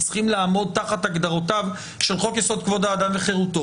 צריכים לעמוד תחת הגדרותיו של חוק יסוד: כבוד האדם וחירותו.